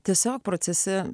tiesiog procese